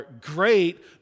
great